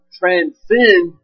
transcend